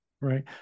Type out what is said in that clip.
Right